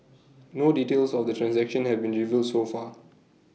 no details of the transaction have been revealed so far